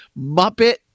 muppet